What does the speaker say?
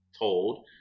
told